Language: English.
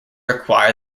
require